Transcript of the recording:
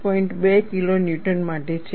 2 kilonewton માટે છે